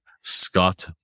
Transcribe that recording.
Scott